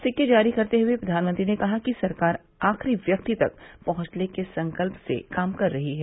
सिक्के जारी करते हुए प्रधानमंत्री ने कहा कि सरकार आखिरी व्यक्ति तक पहुंचने के संकल्प से काम कर रही है